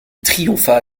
triompha